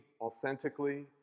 authentically